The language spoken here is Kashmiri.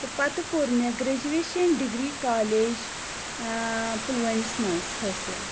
تہٕ پتہٕ کوٚر مےٚ گرٛیجویشَن ڈگری کالج ٲں پُلوٲمِس منٛز حٲصِل